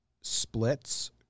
Splits